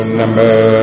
number